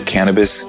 Cannabis